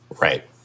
Right